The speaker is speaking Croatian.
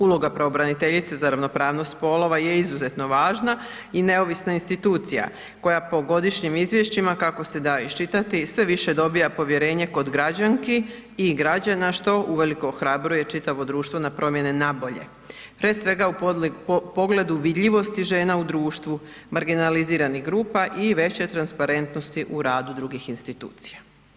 Uloga pravobraniteljice za ravnopravnost spolova je izuzetno važna i neovisna institucija koja po godišnjim izvješćima kako se da iščitati sve više dobiva povjerenje kod građanki i građana što uvelike ohrabruje čitavo društvo na promjene na bolje, prije svega u pogledu vidljivosti žena u društvu, marginaliziranih grupa i veće transparentnosti u radu drugih institucija.